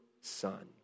Son